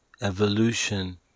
Evolution